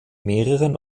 mehreren